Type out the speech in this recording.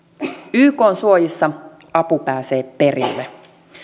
ykn suojissa apu pääsee perille